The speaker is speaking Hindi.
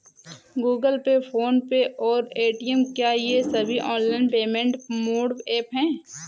गूगल पे फोन पे और पेटीएम क्या ये सभी ऑनलाइन पेमेंट मोड ऐप हैं?